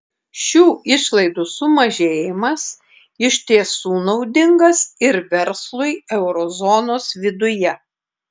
šių išlaidų sumažėjimas iš tiesų naudingas ir verslui euro zonos viduje